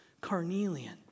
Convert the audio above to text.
carnelian